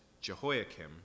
Jehoiakim